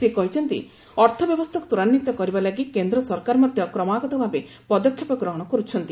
ସେ କହିଛନ୍ତି ଯେ ଅର୍ଥବ୍ୟବସ୍ଥାକୁ ତ୍ୱରାନ୍ୱିତ କରିବା ଲାଗି କେନ୍ଦ୍ର ସରକାର ମଧ୍ୟ କ୍ରମାଗତଭାବେ ପଦକ୍ଷେପ ଗ୍ରହଣ କରୁଛନ୍ତି